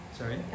Sorry